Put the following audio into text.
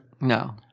No